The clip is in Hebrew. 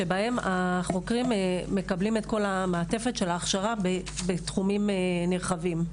שבהן החוקרים מקבלים את כל המעטפת של ההכשרה בתחומים נרחבים.